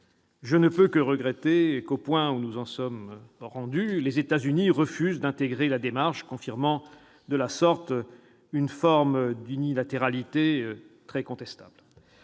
je ne peux que regretter qu'à ce stade les États-Unis refusent d'intégrer la démarche, confirmant de la sorte une forme d'unilatéralisme très contestable.